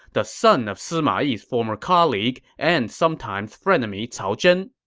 the son of sima yi's former colleague and sometimes-frenemy cao zhen.